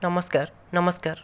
ନମସ୍କାର ନମସ୍କାର